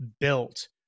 built